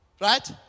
Right